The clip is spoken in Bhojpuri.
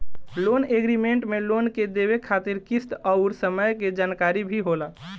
लोन एग्रीमेंट में लोन के देवे खातिर किस्त अउर समय के जानकारी भी होला